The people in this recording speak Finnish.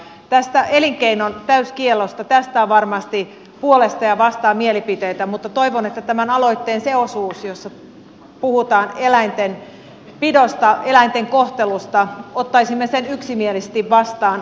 tästä elinkeinon täyskiellosta on varmasti puolesta ja vastaan mielipiteitä mutta toivon että ottaisimme tämän aloitteen sen osuuden jossa puhutaan eläinten pidosta eläinten kohtelusta yksimielisesti vastaan